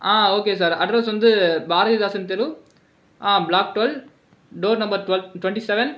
okay sir address வந்து பாரதிதாசன் தெரு block twelve door number twelve twenty seven